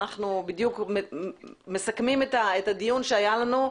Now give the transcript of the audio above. אנחנו בדיוק מסכמים את הדיון שהיה לנו.